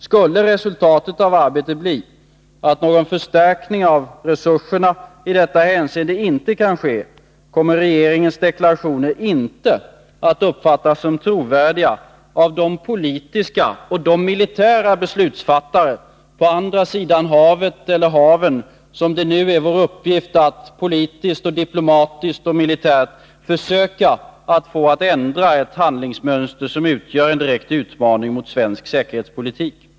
Skulle resultatet av arbetet bli att någon förstärkning av resurserna i detta hänseende inte kan ske, kommer regeringens deklarationer inte att uppfattas som trovärdiga av de politiska och de militära beslutsfattare på andra sidan haven som det nu är vår uppgift att politiskt, diplomatiskt och militärt försöka få att ändra de handlingsmönster som utgör en direkt utmaning mot svensk säkerhetspolitik.